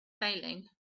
failing